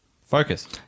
Focus